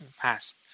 pass